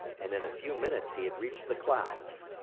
and in a few minutes he had reached the clouds.